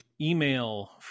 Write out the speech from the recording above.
email